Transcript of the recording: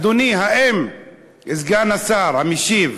אדוני סגן השר, המשיב.